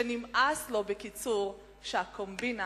שנמאס לו, בקיצור, שהקומבינה